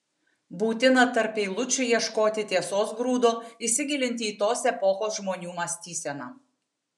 būtina tarp eilučių ieškoti tiesos grūdo įsigilinti į tos epochos žmonių mąstyseną